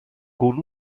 con